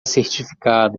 certificado